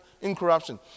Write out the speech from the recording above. incorruption